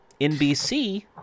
NBC